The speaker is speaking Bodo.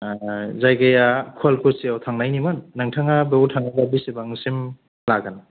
जायगाया सलखुसियाव थांनायमोन नोंथाङा बौ थाङोबा बेसेबांसिम लागोन